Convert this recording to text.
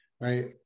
right